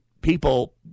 people